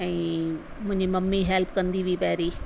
ऐं मुंहिंजी mummy help कंदी हुई पहिरीं